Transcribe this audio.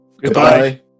Goodbye